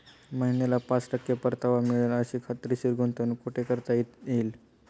महिन्याला पाच टक्के परतावा मिळेल अशी खात्रीशीर गुंतवणूक कुठे करता येईल?